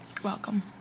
welcome